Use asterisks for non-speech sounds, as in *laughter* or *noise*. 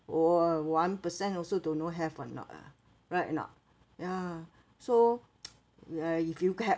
!wah! one percent also don't know have or not ah right or not ya so *noise* uh if you have